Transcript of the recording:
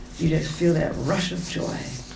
you just feel that rush of joy.